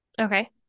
Okay